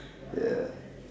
ya